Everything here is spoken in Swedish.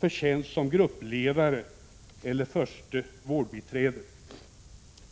för tjänst som gruppledare eller förste vårdbiträde.